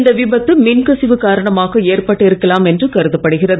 இந்த விபத்து மின் கசிவு காரணமாக ஏற்பட்டிருக்கலாம் என்று கருதப்படுகிறது